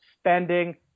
spending